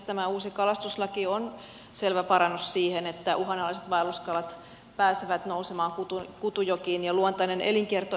tämä uusi kalastuslaki on selvä parannus siihen että uhanalaiset vaelluskalat pääsevät nousemaan kutujokiin ja luontainen elinkierto elpyy